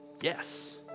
Yes